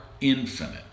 infinite